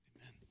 Amen